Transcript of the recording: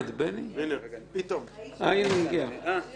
הרי הבעיה שאדוני עורר הייתה שאם עכשיו אתה כותב על הפרוטוקול סודי,